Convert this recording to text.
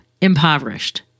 impoverished